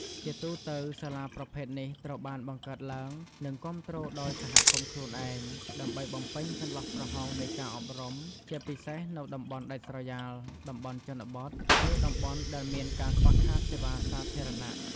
ជាទូទៅ សាលាប្រភេទនេះត្រូវបានបង្កើតឡើង និងគាំទ្រដោយសហគមន៍ខ្លួនឯង ដើម្បីបំពេញចន្លោះប្រហោងនៃការអប់រំ ជាពិសេសនៅតំបន់ដាច់ស្រយាល តំបន់ជនបទ ឬតំបន់ដែលមានការខ្វះខាតសេវាសាធារណៈ។